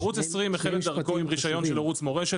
ערוץ 20 החל את דרכו עם רישיון של ערוץ מורשת,